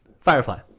Firefly